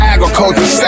Agriculture